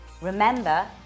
Remember